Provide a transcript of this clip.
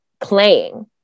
playing